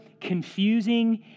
confusing